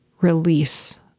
release